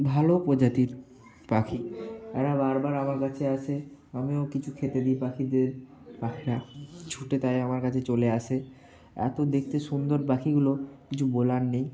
ভালো প্রজাতির পাখি এরা বারবার আমার কাছে আসে আমিও কিছু খেতে দিই পাখিদের পাখিরা ছুটে তাই আমার কাছে চলে আসে এত দেখতে সুন্দর পাখিগুলো কিছু বলার নেই